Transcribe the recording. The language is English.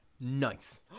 Nice